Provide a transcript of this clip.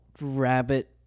rabbit